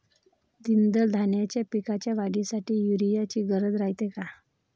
द्विदल धान्याच्या पिकाच्या वाढीसाठी यूरिया ची गरज रायते का?